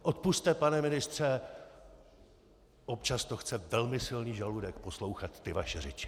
Odpusťte, pane ministře, občas to chce velmi silný žaludek, poslouchat ty vaše řeči.